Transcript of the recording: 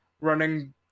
running